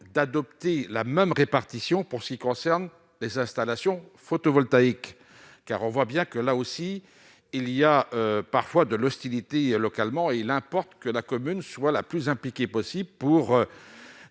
d'adopter la même répartition pour ce qui concerne les installations photovoltaïques car on voit bien que là aussi il y a parfois de l'hostilité localement et il importe que la commune soit la plus impliquée possibles pour